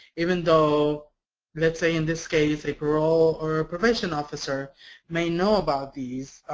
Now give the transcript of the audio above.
even though let's say, in this case, a parole or probations officer may know about these.